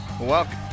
Welcome